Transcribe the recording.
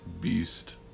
Beast